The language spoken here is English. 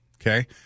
okay